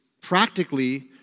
practically